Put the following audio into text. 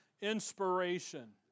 inspiration